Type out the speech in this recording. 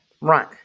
run